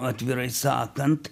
atvirai sakant